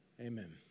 Amen